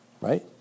right